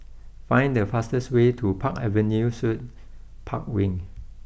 find the fastest way to Park Avenue Suites Park Wing